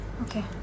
Okay